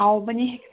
ꯍꯥꯎꯕꯅꯦ